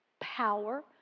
power